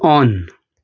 on